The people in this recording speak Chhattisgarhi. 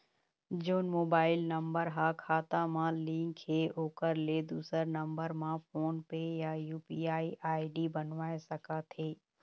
जोन मोबाइल नम्बर हा खाता मा लिन्क हे ओकर ले दुसर नंबर मा फोन पे या यू.पी.आई आई.डी बनवाए सका थे?